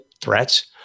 threats